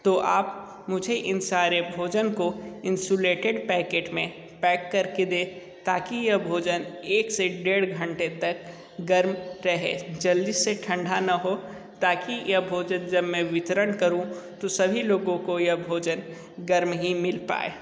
तो आप मुझे इन सारे भोजन को इंसुलेटेड पैकेट में पैक कर के दें ताकि यह भोजन एक से डेढ़ घंटे तक गर्म रहे जल्दी से ठंडा ना हो ताकि ये भोजन जब मैं वितरण करूँ तो सभी लोगों को यह भोजन गर्म ही मिल पाए